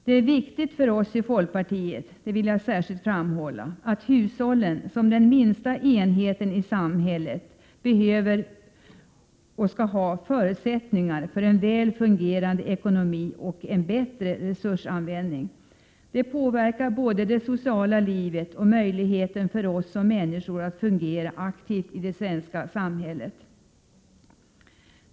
Det är viktigt för oss i folkpartiet, det vill jag särskilt framhålla, att hushållen som den minsta enheten i samhället måste ha förutsättningar för en väl fungerande ekonomi och en bättre resursanvändning. Detta påverkar både det sociala livet och möjligheten för oss som människor att fungera aktivt i det svenska samhället.